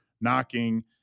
knocking